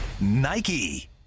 Nike